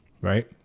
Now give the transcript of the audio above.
right